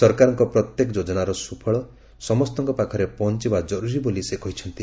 ସରକାରଙ୍କ ପ୍ରତ୍ୟେକ ଯୋଜନାର ସୁଫଳ ସମସ୍ତଙ୍କ ପାଖରେ ପହଞ୍ଚବା ଜରୁରୀ ବୋଲି ସେ କହିଛନ୍ତି